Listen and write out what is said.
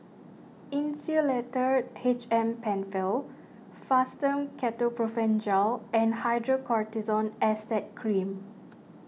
Insulatard H M Penfill Fastum Ketoprofen Gel and Hydrocortisone Acetate Cream